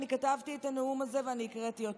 אני כתבתי את הנאום הזה ואני הקראתי אותו,